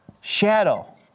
shadow